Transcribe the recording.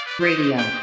Radio